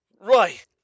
Right